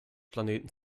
planeten